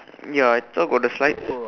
ya I thought got the slides